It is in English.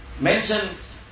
mentions